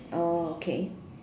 oh okay